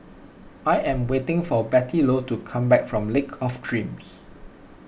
I am waiting for Bettylou to come back from Lake of Dreams